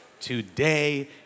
today